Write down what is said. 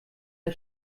der